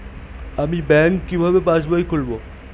আমি ব্যাঙ্ক কিভাবে পাশবই খুলব?